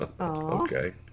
Okay